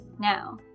Now